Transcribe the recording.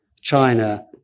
China